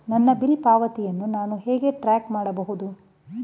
ನನ್ನ ಬಿಲ್ ಪಾವತಿಯನ್ನು ನಾನು ಹೇಗೆ ಟ್ರ್ಯಾಕ್ ಮಾಡಬಹುದು?